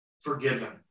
forgiven